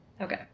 Okay